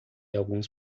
alguns